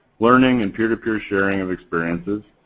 learning and peer to peer sharing of experiences.